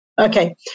Okay